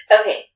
Okay